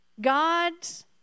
God's